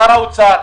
שר האוצר,